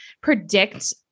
predict